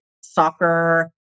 soccer